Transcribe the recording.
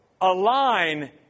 align